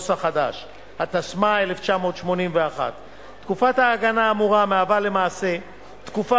התשמ"א 1981. תקופת ההגנה האמורה היא למעשה תקופה